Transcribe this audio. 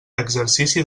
exercici